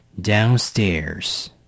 Downstairs